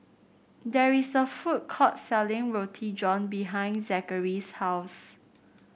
there is a food court selling Roti John behind Zachery's house